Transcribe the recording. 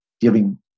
giving